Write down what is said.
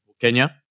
Kenya